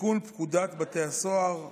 לתיקון פקודת בתי הסוהר (מס'